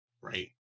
right